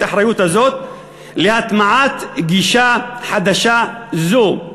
את האחריות הזאת להטמעת גישה חדשה זו,